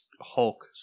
hulk